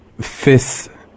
fifth